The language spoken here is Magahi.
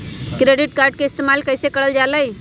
क्रेडिट कार्ड के इस्तेमाल कईसे करल जा लई?